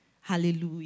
Hallelujah